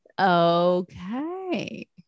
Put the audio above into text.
Okay